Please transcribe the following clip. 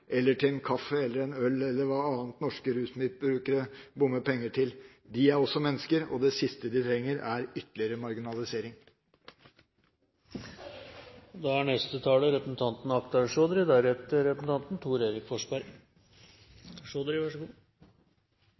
eller til en kaffe eller en øl, eller til hva annet norske rusmisbrukere bommer penger til. De er også mennesker, og det siste de trenger, er ytterligere